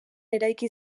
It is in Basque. eraiki